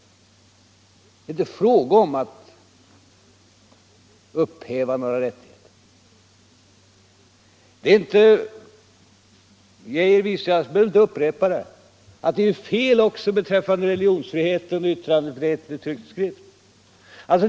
Det är inte fråga om att upphäva några rättigheter. Lennart Geijer visade — så jag behöver inte upprepa det — att det är fel också beträffande religionsfriheten och yttrandefriheten i tryckt skrift.